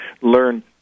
learn